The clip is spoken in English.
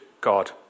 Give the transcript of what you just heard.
God